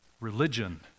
religion